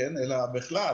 אלא בכלל,